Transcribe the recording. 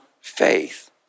faith